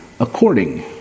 according